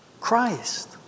Christ